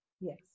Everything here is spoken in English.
yes